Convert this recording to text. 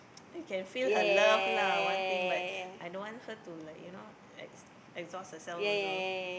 you can feel her love lah one thing but I don't want her to like you know ex~ exhaust herself also